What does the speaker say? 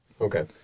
Okay